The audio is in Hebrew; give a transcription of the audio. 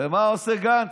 ומה עושה גנץ?